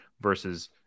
versus